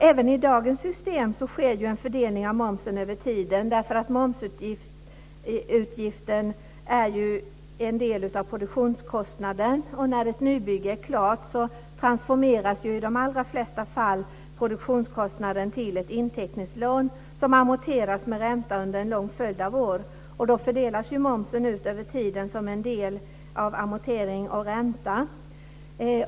Även i dagens system sker en fördelning av momsen över tiden eftersom momsutgiften är en del av produktionskostnaden, och när ett nybygge är klart så transformeras ju i de allra flesta fall produktionskostnaden till ett inteckningslån som amorteras med ränta under en lång följd av år. Då fördelas momsen ut över tiden som en del av amortering och ränta.